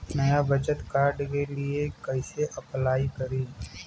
नया बचत कार्ड के लिए कइसे अपलाई करी?